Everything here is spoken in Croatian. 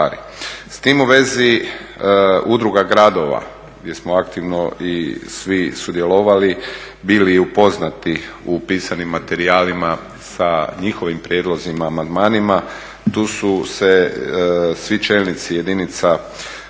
S tim u vezi, udruga gradova gdje smo aktivno i svi sudjelovali, bili upoznati u pisanim materijalima sa njihovim prijedlozima, amandmanima, tu su se svi čelnici jedinica